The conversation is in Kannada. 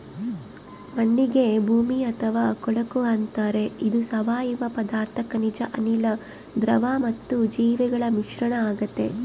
ಮಣ್ಣಿಗೆ ಭೂಮಿ ಅಥವಾ ಕೊಳಕು ಅಂತಾರೆ ಇದು ಸಾವಯವ ಪದಾರ್ಥ ಖನಿಜ ಅನಿಲ, ದ್ರವ ಮತ್ತು ಜೀವಿಗಳ ಮಿಶ್ರಣ ಆಗೆತೆ